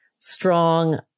strong